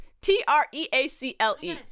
T-R-E-A-C-L-E